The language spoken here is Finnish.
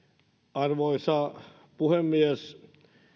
arvoisa puhemies